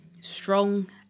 Strong